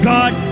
God